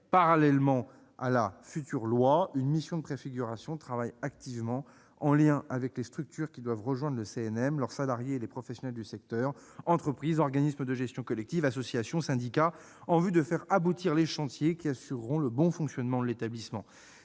Parallèlement à la future loi, une mission de préfiguration travaille activement, en lien avec les structures qui doivent rejoindre le CNM, leurs salariés et les professionnels du secteur- entreprises, organismes de gestion collective, associations, syndicats -, en vue de faire aboutir les chantiers qui assureront le bon fonctionnement de l'établissement.